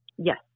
Yes